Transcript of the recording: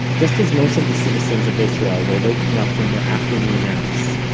just as most of the citizens of israel were waking up from their afternoon naps,